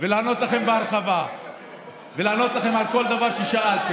ולענות לכם בהרחבה ולענות לכם על כל דבר ששאלתם.